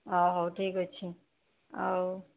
ହଁ ହଉ ଠିକ୍ ଅଛି ଆଉ